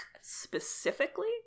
specifically